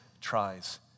tries